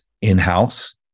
in-house